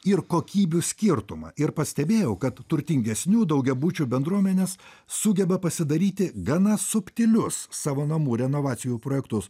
ir kokybių skirtumą ir pastebėjau kad turtingesnių daugiabučių bendruomenės sugeba pasidaryti gana subtilius savo namų renovacijų projektus